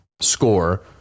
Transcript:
score